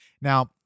Now